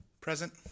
Present